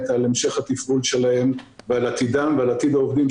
על המשך התפעול שלהם ועל עתידם ועל עתיד העובדים,